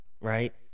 right